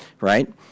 right